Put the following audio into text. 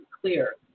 clear